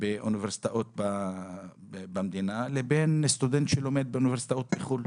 באוניברסיטאות במדינה לבין סטודנט שלומד באוניברסיטאות בחוץ לארץ.